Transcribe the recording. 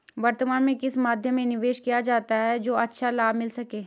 वर्तमान में किस मध्य में निवेश किया जाए जो अच्छा लाभ मिल सके?